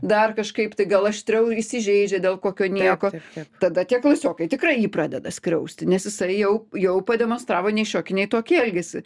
dar kažkaip tai gal aštriau įsižeidžia dėl kokio nieko tada tie klasiokai tikrai jį pradeda skriausti nes jisai jau jau pademonstravo nei šiokį nei tokį elgiasi